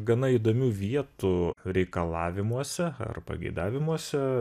gana įdomių vietų reikalavimuose ar pageidavimuose